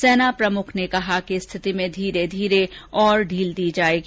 सेना प्रमुख ने कहा कि स्थिति में धीरे धीरे और ढील दी जाएगी